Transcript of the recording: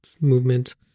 movement